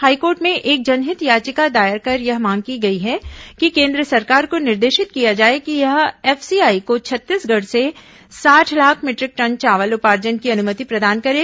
high court में एक जनहित याचिका दायर कर यह मांग की गई है कि केन्द्र सरकार को निर्देशित किया जाए कि वह एफसीआई को छत्तीसगढ़ से साठ लाख मीटरिक टन चावल उपार्जन की अनुमति प्रदान करे